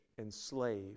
enslave